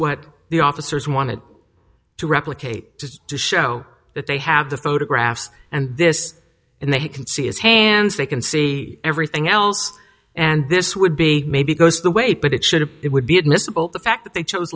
what the officers wanted to replicate just to show that they have the photographs and this and that you can see his hands they can see everything else and this would be maybe goes the way but it should have it would be admissible the fact that they chose